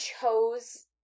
chose